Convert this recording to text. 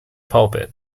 pulpit